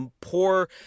poor